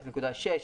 0.6%,